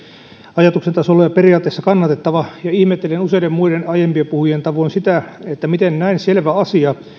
ajatuksen tasolla ja periaatteessa kannatettava ja ihmettelen useiden muiden aiempien puhujien tavoin sitä että miten näin selvä asia